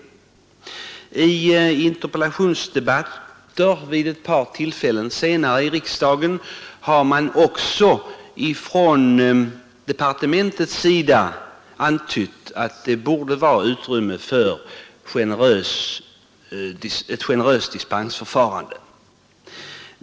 Vid interpellationsdebatter i riksdagen vid ett par senare tillfällen har från departementets sida antytts att det borde finnas utrymme för ett generöst dispensförfarande.